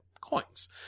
coins